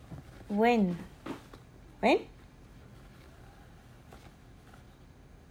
when